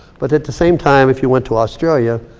but at the same time, if you went to australia,